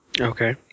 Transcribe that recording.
Okay